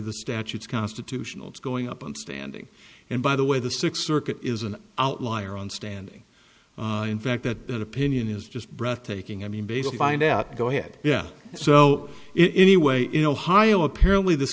the statutes constitutionals going up and standing and by the way the sixth circuit is an outlier on standing in fact that that opinion is just breathtaking i mean basically find out go ahead yeah so it anyway in ohio apparently this